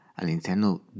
all'interno